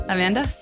Amanda